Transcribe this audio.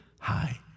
high